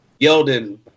Yeldon